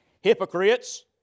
hypocrites